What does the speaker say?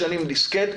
משנים דיסקט,